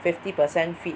fifty percent fit